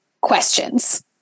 questions